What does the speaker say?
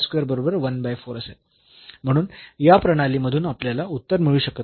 म्हणून या प्रणालीमधून आपल्याला उत्तर मिळू शकत नाही